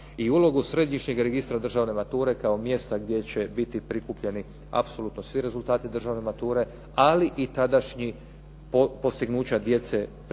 i ulogu Središnjeg registra državne mature kao mjesta gdje će biti prikupljeni apsolutno svi rezultati državne mature, ali i tadašnji postignuća djece prilikom